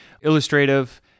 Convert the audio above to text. illustrative